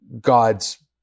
God's